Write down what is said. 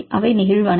அவை நெகிழ்வானவை